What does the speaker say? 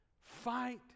Fight